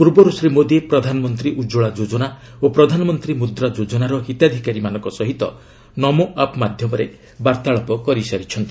ପୂର୍ବରୁ ଶ୍ରୀ ମୋଦି ପ୍ରଧାନମନ୍ତ୍ରୀ ଉଜ୍ଜଳା ଯୋଜନା ଓ ପ୍ରଧାନମନ୍ତ୍ରୀ ମୁଦ୍ରା ଯୋଜନାର ହିତାଧିକାରୀମାନଙ୍କ ସହିତ 'ନମୋ ଆପ୍' ମାଧ୍ୟମରେ ବାର୍ତ୍ତାଳାପ କରିସାରିଛନ୍ତି